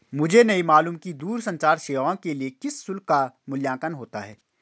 मुझे नहीं मालूम कि दूरसंचार सेवाओं के लिए किस शुल्क का मूल्यांकन होता है?